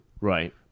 right